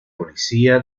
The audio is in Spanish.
policía